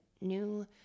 new